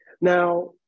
Now